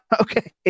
Okay